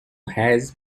has